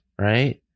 right